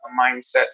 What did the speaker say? mindset